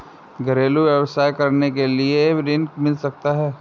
घरेलू व्यवसाय करने के लिए ऋण मिल सकता है?